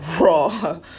raw